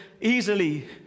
easily